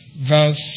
verse